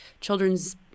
children's